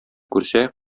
күрсә